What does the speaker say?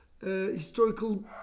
historical